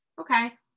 Okay